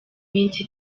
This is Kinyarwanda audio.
iminsi